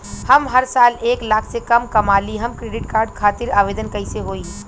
हम हर साल एक लाख से कम कमाली हम क्रेडिट कार्ड खातिर आवेदन कैसे होइ?